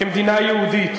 כמדינה יהודית.